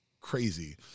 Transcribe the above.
crazy